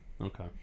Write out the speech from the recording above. Okay